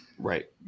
Right